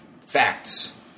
facts